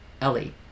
Ellie